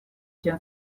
чем